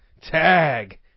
Tag